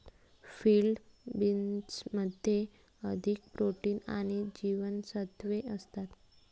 field बीन्समध्ये अधिक protein आणि जीवनसत्त्वे असतात